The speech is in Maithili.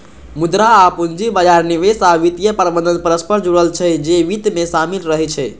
मुद्रा आ पूंजी बाजार, निवेश आ वित्तीय प्रबंधन परस्पर जुड़ल छै, जे वित्त मे शामिल रहै छै